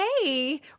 hey